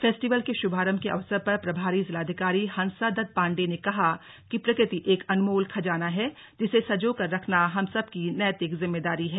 festival के शुभारंभ के अवसर पर प्रभारी जिलाधिकारी हंसा दत्त पांडे ने कहा कि प्रकृति एक अनमोल खजाना है जिसे संजोकर रखना हम सबकी नैतिक जिम्मेदारी है